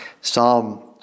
Psalm